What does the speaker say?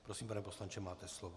Prosím, pane poslanče, máte slovo.